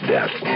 Death